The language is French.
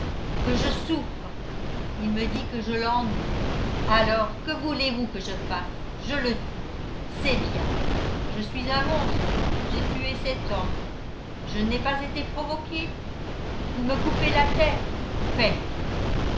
que je souffre il me dit que je l'ennuie alors que voulez-vous que je fasse je le tue c'est bien je suis un monstre j'ai tué cet homme je n'ai pas été provoqué vous me coupez la tête faites